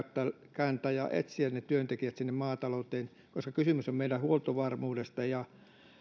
kääntää ja etsiä ne työntekijät sinne maatalouteen koska kysymys on meidän huoltovarmuudestamme